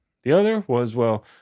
the other was well,